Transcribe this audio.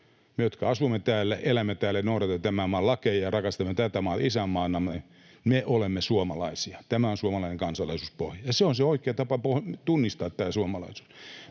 me, jotka asumme täällä, elämme täällä ja noudatamme tämän maan lakeja ja rakastamme tätä maata isänmaanamme, me olemme suomalaisia. Tämä on suomalainen kansalaisuuspohja, ja se on se oikea tapa tunnistaa suomalaisuus.